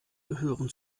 gehören